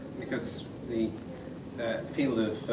because the field of,